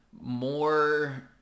more